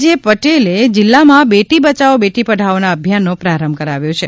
જે પટેલે જીલ્લામાં બેટી બયાવો બેટી પઢાઓના અભિયાનનો પ્રારંભ કરાવ્યો છે